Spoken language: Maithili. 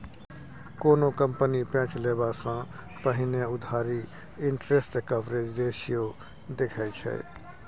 कोनो कंपनी पैंच लेबा सँ पहिने उधारी इंटरेस्ट कवरेज रेशियो देखै छै